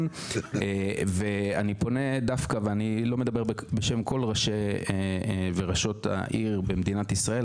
אני לא מדבר בשם כל ראשי וראשות העיר במדינת ישראל,